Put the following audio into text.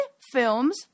films